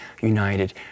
united